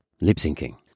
lip-syncing